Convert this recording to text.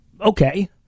Okay